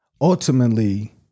ultimately